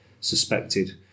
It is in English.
suspected